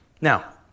Now